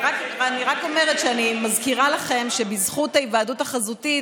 אני רק מזכירה לכם שבזכות ההיוועדות החזותית